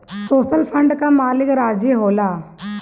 social fund कअ मालिक राज्य होला